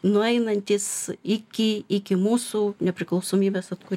nueinantis iki iki mūsų nepriklausomybės atkūri